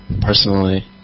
personally